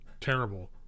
terrible